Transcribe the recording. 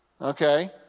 Okay